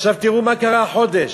תראו מה קרה החודש.